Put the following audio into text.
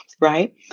right